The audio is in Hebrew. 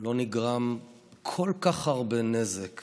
לא נגרם כל כך הרבה נזק